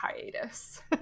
hiatus